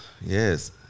yes